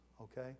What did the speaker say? okay